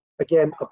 again